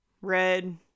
red